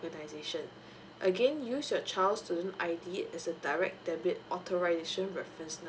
organisation again use your child's student I_D as a direct debit authorisation reference number